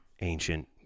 ancient